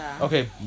Okay